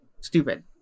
stupid